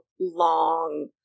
long